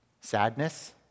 Sadness